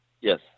Yes